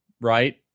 Right